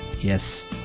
Yes